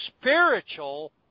spiritual